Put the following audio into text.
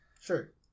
sure